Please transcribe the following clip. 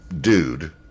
dude